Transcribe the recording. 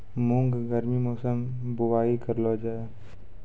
मूंग गर्मी मौसम बुवाई करलो जा?